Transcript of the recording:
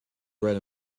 bread